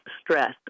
stress